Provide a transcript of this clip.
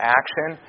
action